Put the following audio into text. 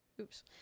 Oops